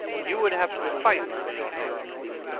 you would have to fight for your victories.